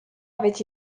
avait